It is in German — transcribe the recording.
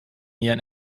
ihren